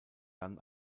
dann